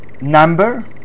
number